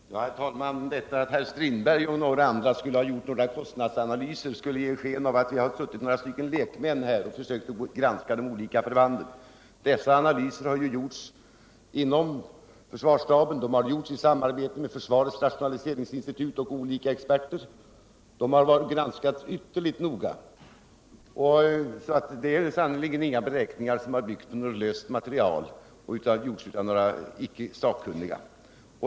Herr talman! Herr Holmqvist ville tydligen genom att säga att herr Strindberg och några andra suttit och gjort kostnadsanalyser ge sken av att vi är några lekmän som suttit och försökt granska de olika förbanden. Dessa analyser har ju gjorts inom försvarsstaben i samarbete med försvarets rationaliseringsinstitut och olika experter. Analyserna har granskats ytterligt noga. Detta är sannerligen inte några beräkningar som byggts på löst material och gjorts av icke sakkunniga.